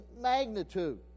magnitude